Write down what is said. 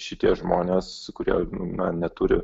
šite žmonės kurie nu na neturi